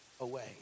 away